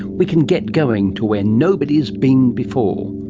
we can get going to where nobody has been before.